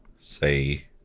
say